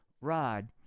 Rod